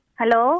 Hello